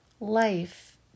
life